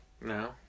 No